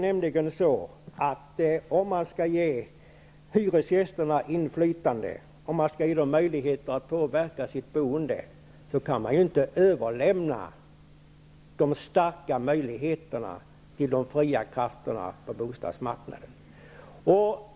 Om man skall ge hyresgästerna inflytande och möjligheter att påverka sitt boende kan man inte överlämna de starka möjligheterna till de fria krafterna på bostadsmarknaden.